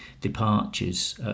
departures